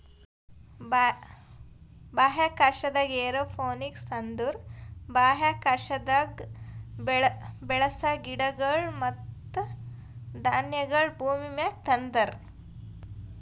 ಬಾಹ್ಯಾಕಾಶದಾಗ್ ಏರೋಪೋನಿಕ್ಸ್ ಅಂದುರ್ ಬಾಹ್ಯಾಕಾಶದಾಗ್ ಬೆಳಸ ಗಿಡಗೊಳ್ ಮತ್ತ ಧಾನ್ಯಗೊಳ್ ಭೂಮಿಮ್ಯಾಗ ತಂದಾರ್